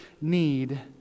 need